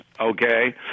okay